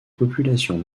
populations